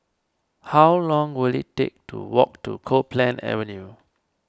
how long will it take to walk to Copeland Avenue